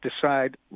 decide